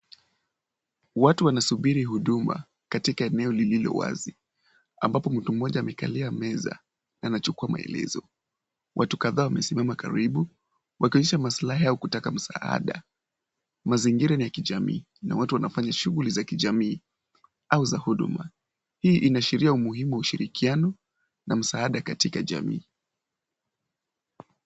Watu wanasubiri huduma katika eneo lililo wazi ambapo mtu mmoja amekalia meza na anachukua maelezo. Watu kadhaa wamesimama karibu, wakionyesha msilahi au kutaka msaada. Mazingira ni ya kijamii na watu wanafanya shughuli za kijamii au za huduma. Hii inaashiria umuhimu wa ushirikiano na msaada katika jamii.